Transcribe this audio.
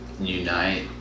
unite